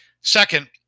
Second